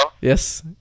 Yes